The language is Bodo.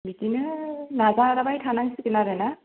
बिदुनो नाजाबाय थानांसिगोन आरो ना